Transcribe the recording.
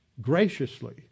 graciously